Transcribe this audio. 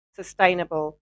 sustainable